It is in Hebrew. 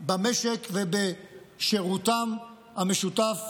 במשק ובשירותם המשותף